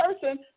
person